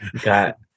Got